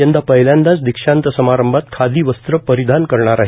यंदा पहिल्यांदाच दीक्षान्त समारंभात खादी वस्त्र परिधान करणार आहेत